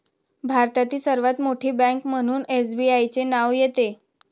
भारतातील सर्वात मोठी बँक म्हणून एसबीआयचे नाव येते